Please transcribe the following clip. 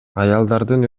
аялдардын